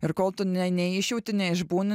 ir kol tu ne neišjauti neišbūni